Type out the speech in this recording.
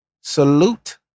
Salute